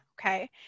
Okay